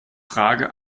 frage